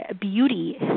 beauty